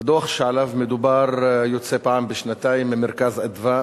הדוח שעליו מדובר יוצא פעם בשנתיים ב"מרכז אדוה",